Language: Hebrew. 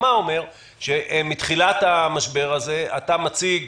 כהקדמה שמתחילת המשבר הזה אתה מציג